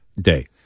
Day